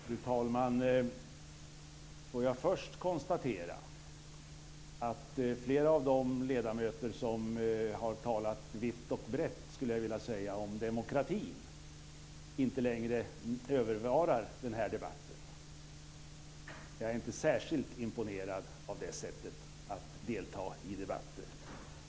Fru talman! Först får jag konstatera att flera av de ledamöter som har talat vitt och brett, skulle jag vilja säga, om demokratin inte längre övervarar den här debatten. Jag är inte särskilt imponerad av det sättet att delta i debatten.